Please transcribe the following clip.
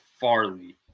Farley